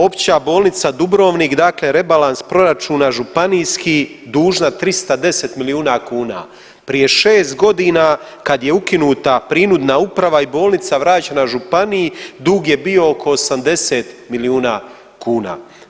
Opća bolnica Dubrovnik dakle rebalans proračuna županijskih dužna 310 milijuna kuna, prije šest godina kad je ukinuta prinudna uprava i bolnica vraćena županiji dug je bio oko 80 milijuna kuna.